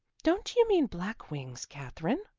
don't you mean black wings, katherine?